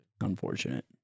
Unfortunate